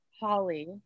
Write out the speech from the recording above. Holly